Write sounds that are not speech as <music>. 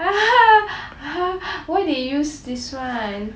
<laughs> why they use this [one]